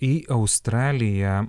į australiją